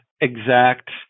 exact